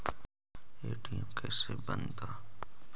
ATM कैसे बनता?